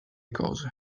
cose